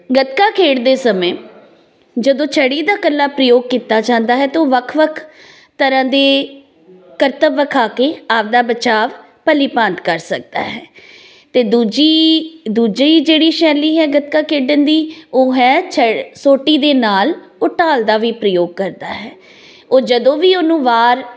ਗੱਤਕਾ ਖੇਡਦੇ ਸਮੇਂ ਜਦੋਂ ਛੜੀ ਦਾ ਇਕੱਲਾ ਪ੍ਰਯੋਗ ਕੀਤਾ ਜਾਂਦਾ ਹੈ ਤਾਂ ਉਹ ਵੱਖ ਵੱਖ ਤਰ੍ਹਾਂ ਦੇ ਕਰਤੱਵ ਵਿਖਾ ਕੇ ਆਪਣਾ ਬਚਾਅ ਭਲੀਭਾਂਤ ਕਰ ਸਕਦਾ ਹੈ ਅਤੇ ਦੂਜੀ ਦੂਜੀ ਜਿਹੜੀ ਸ਼ੈਲੀ ਹੈ ਗੱਤਕਾ ਖੇਡਣ ਦੀ ਉਹ ਹੈ ਛ ਸੋਟੀ ਦੇ ਨਾਲ ਉਹ ਢਾਲ ਦਾ ਵੀ ਪ੍ਰਯੋਗ ਕਰਦਾ ਹੈ ਉਹ ਜਦੋਂ ਵੀ ਉਹਨੂੰ ਵਾਰ